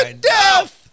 death